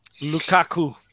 Lukaku